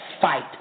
fight